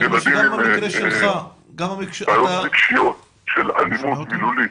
ילדים עם בעיות רגשיות של אלימות מילולית,